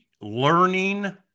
learning